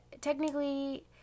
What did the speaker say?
technically